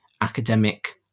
academic